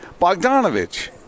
Bogdanovich